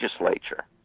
legislature